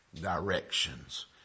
directions